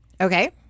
Okay